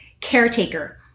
caretaker